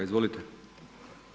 Izvolite.